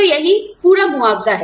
तो यही पूरा मुआवजा है